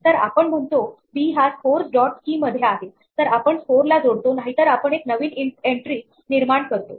तर आपण म्हणतो बी हा स्कॉर्स डॉट की मध्ये आहे तर आपण स्कोर ला जोडतो नाहीतर आपण एक नवीन एन्ट्री निर्माण करतो